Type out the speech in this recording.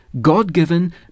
God-given